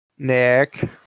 Nick